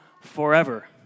forever